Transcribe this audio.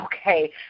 okay